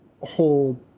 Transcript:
whole